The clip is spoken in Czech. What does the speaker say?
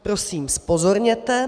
Prosím, zpozorněte.